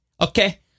Okay